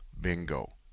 bingo